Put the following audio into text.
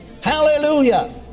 Hallelujah